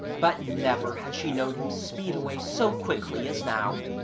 but never had she known him speed away so quickly as now,